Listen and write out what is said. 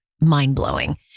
Mind-blowing